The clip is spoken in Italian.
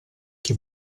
chi